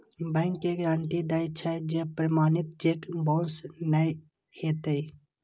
bank ई guarantee दै छै, जे प्रमाणित चेक बाउंस नै हेतै